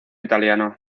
italiano